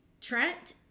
Trent